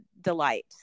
delight